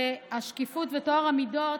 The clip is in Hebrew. שהשקיפות וטוהר המידות